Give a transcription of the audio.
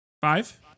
five